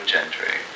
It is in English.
Gentry